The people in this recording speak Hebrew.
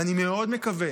ואני מאוד מקווה,